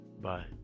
bye